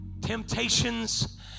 temptations